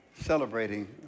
celebrating